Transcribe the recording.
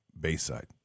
bayside